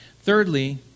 Thirdly